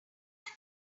last